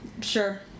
sure